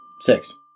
Six